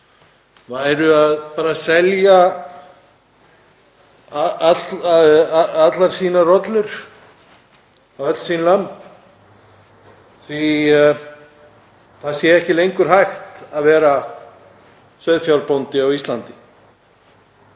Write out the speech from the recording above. væru að selja allar sínar rollur og öll sín lömb því að ekki væri lengur hægt að vera sauðfjárbóndi á Íslandi.